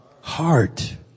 heart